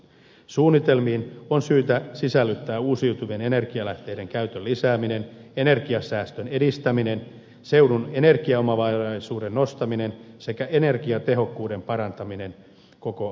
suunnitelmiin on syytä sisällyttää uusiutuvien energialähteiden käytön lisääminen energian säästön edistäminen seudun energiaomavaraisuuden nostaminen sekä energiatehokkuuden parantaminen koko alueella